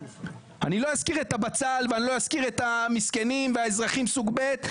אני לא אזכיר את הבצל ואני לא אזכיר את המסכנים והאזרחים סוג ב'.